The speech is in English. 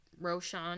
Roshan